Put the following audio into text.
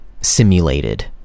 simulated